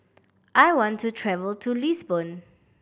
I want to travel to Lisbon